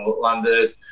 landed